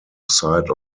side